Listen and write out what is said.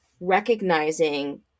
recognizing